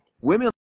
Women